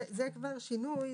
זה כבר שינוי,